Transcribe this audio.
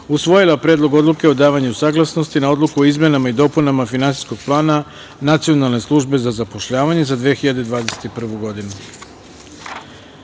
i Predlogom odluke o davanju saglasnosti na Odluku o izmenama i dopunama Finansijskog plana Nacionalne službe za zapošljavanje za 2021. godinu. Pošto